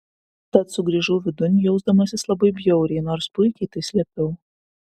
tad sugrįžau vidun jausdamasis labai bjauriai nors puikiai tai slėpiau